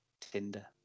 Tinder